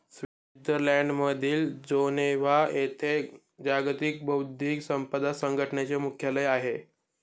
स्वित्झर्लंडमधील जिनेव्हा येथे जागतिक बौद्धिक संपदा संघटनेचे मुख्यालय आहे